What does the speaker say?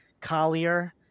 Collier